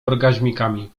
orgaźmikami